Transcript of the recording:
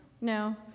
No